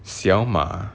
小马